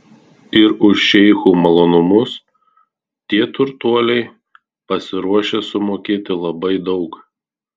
ir už šeichų malonumus tie turtuoliai pasiruošę sumokėti labai daug